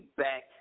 back